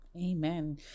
Amen